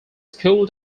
school